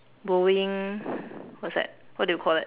blowing what's that what do you call that